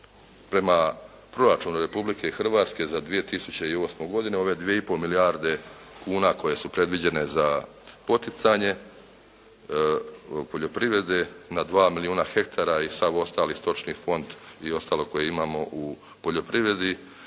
prema Proračunu Republike Hrvatske za 2008. godinu ove 2 i pol milijarde kuna koje su predviđene za poticanje poljoprivrede na 2 milijuna hektara i sav ostali stočni fond i ostalo koje imamo u poljoprivredi